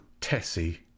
Tessie